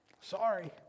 Sorry